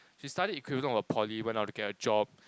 she studied equivalent of a Poly went out to get a job